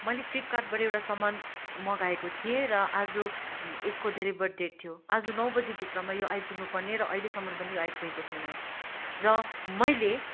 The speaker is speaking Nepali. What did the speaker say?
मैले फ्लिपकार्टबाट एउटा सामान मगाएको थिएँ र आज यसको डेलिभर डेट थियो आज नौ बजीभित्रमा यो आइपुग्नु पर्ने र अहिलेसम्म पनि यो आइपुगेको छैन र मैले